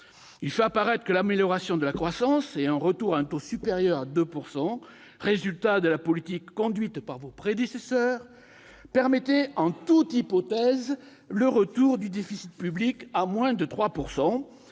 Il fait apparaître que l'amélioration de la croissance et un retour à un taux supérieur à 2 %, résultat de la politique conduite par vos prédécesseurs, permettaient en toute hypothèse le retour du déficit public en deçà de 3